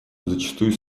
зачастую